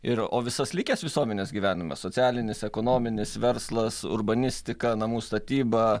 ir o visas likęs visuomenės gyvenimas socialinis ekonominis verslas urbanistika namų statyba